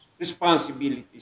responsibilities